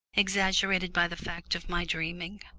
exaggerated by the fact of my dreaming.